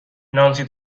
نانسی